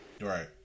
Right